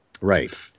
Right